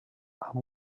amb